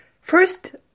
First